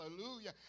Hallelujah